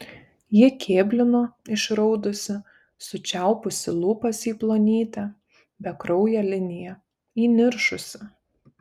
ji kėblino išraudusi sučiaupusi lūpas į plonytę bekrauję liniją įniršusi